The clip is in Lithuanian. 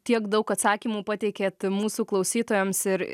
tiek daug atsakymų pateikėt mūsų klausytojams ir